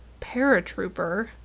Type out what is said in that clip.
paratrooper